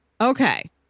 okay